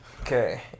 Okay